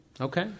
Okay